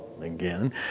again